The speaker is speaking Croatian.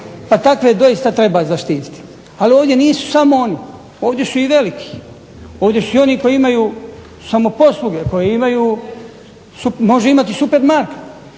Pa takve doista treba zaštititi, ali ovdje nisu samo oni, ovdje su i veliki, ovdje su oni koji imaju samoposluge, može imati supermarket.